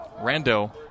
Rando